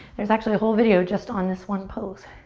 there's actually a whole video just on this one pose.